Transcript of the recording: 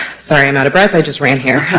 sorry i'm out of breath, i just ran here.